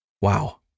wow